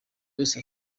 wese